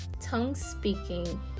tongue-speaking